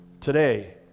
Today